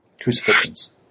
crucifixions